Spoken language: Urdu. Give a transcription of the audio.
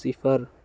صفر